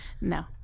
no